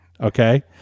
Okay